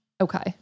Okay